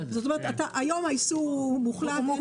כלומר היום האיסור הוא מוחלט.